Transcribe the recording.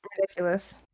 ridiculous